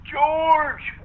George